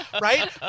right